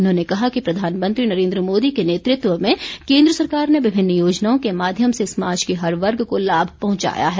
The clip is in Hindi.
उन्होंने कहा कि प्रधानमंत्री नरेन्द्र मोदी के नेतृत्व में केन्द्र सरकार ने विभिन्न योजनाओं के माध्यम से समाज के हर वर्ग को लाभ पहुंचाया है